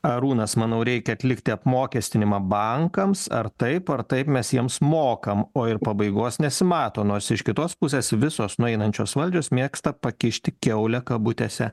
arūnas manau reikia atlikti apmokestinimą bankams ar taip ar taip mes jiems mokam o ir pabaigos nesimato nors iš kitos pusės visos nueinančios valdžios mėgsta pakišti kiaulę kabutėse